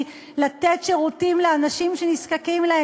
כדי לתת שירותים לאנשים שנזקקים לו.